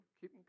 Keep